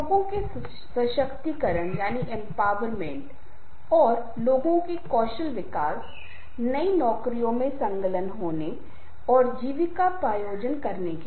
लोगों के सशक्तिकरण और लोगों के कौशल विकास नई नौकरियों में संलग्न होने और जीविकोपार्जन करने के लिए